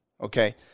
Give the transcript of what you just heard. okay